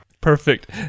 Perfect